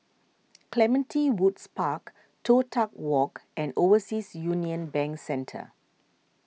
Clementi Woods Park Toh Tuck Walk and Overseas Union Bank Centre